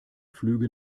flüge